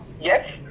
yes